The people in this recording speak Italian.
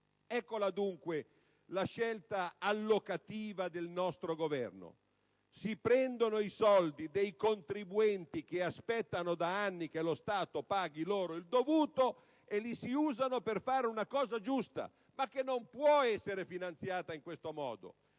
Eccola, dunque, la scelta allocativa del nostro Governo. Si prendono i soldi dei contribuenti che aspettano da anni che lo Stato paghi loro il dovuto e li si utilizzano per fare una cosa giusta, ma che non può essere finanziata in questo modo.